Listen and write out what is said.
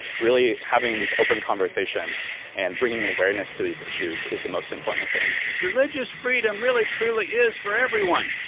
really having this open conversation and bringing awareness to these issues is the most important thing. religious freedom really, truly is for everyone.